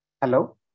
Hello